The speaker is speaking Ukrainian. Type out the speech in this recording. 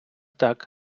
так